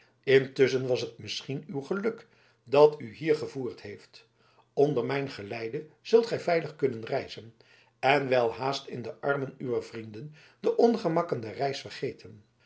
intusschen was het misschien uw geluk dat u hier gevoerd heeft onder mijn geleide zult gij veilig kunnen reizen en welhaast in de armen uwer vrienden de ongemakken der reis vergeten